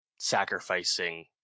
sacrificing